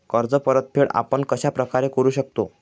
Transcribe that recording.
कर्ज परतफेड आपण कश्या प्रकारे करु शकतो?